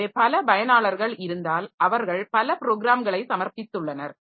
எனவே பல பயனாளர்கள் இருந்தால் அவர்கள் பல ப்ரோகிராம்களைச் சமர்ப்பித்துள்ளனர்